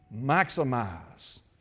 Maximize